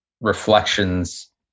reflections